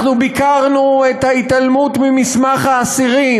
אנחנו ביקרנו את ההתעלמות ממסמך האסירים,